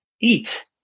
eat